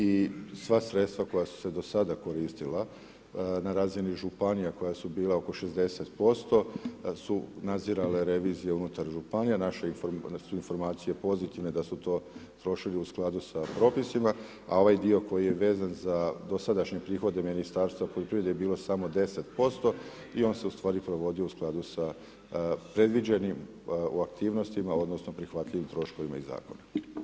I sva sredstva koja su se do sada koristila na razini županija koja su bila oko 60% su nadzirale revizije unutar županija, naše informacije, da su informacije pozitivne, da su to trošili u skladu sa propisima a ovaj dio koji je vezan za dosadašnje prihode Ministarstva poljoprivrede je bilo samo 10% i on se ustvari provodio u skladu sa predviđenim aktivnostima odnosno prihvatljivim troškovima iz zakona.